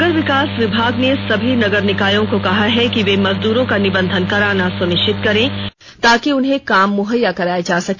नगर विकास विभाग ने सभी नगर निकायों को कहा है कि वे मजदूरों का निबंधन कराना सुनिश्चित करें ताकि उन्हें काम मुहैया कराया जा सके